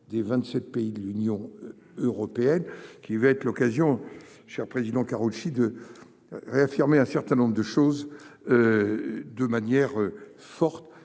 pays de l'Union européenne. Elle sera l'occasion, cher président Karoutchi, de réaffirmer un certain nombre de principes de manière forte.